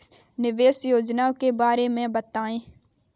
निवेश योजना के बारे में बताएँ?